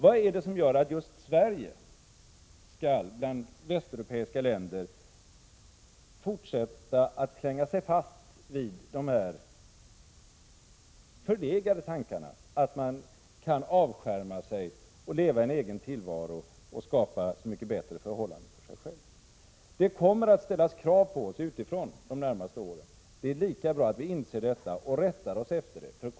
Vad är det som gör att just Sverige bland västeuropeiska länder skall fortsätta att klänga sig fast vid de förlegade tankarna att man kan avskärma sig, leva en egen tillvaro och skapa så mycket bättre förhållanden för sig själv? Det kommer att ställas krav på oss de närmaste åren. Det är lika bra att vi inser detta och rättar oss efter det.